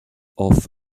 off